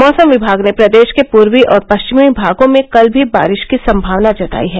मौसम विभाग ने प्रदेश के ं पूर्वी और पश्चिमी भागों में कल भी बारिश की संभावना जतायी है